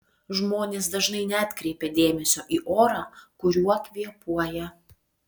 žmonės dažnai neatkreipia dėmesio į orą kuriuo kvėpuoja